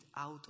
out